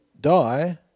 die